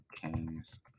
King's